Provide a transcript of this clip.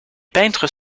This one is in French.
peintres